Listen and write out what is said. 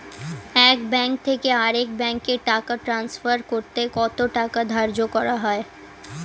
এক ব্যাংক থেকে আরেক ব্যাংকে টাকা টান্সফার করতে কত টাকা ধার্য করা হয়?